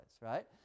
Right